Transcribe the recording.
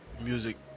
music